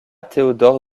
théodore